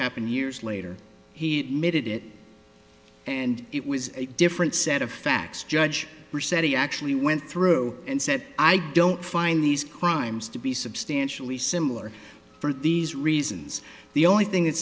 happened years later he admitted it and it was a different set of facts judge who said he actually went through and said i don't find these crimes to be substantially similar for these reasons the only thing i